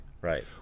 Right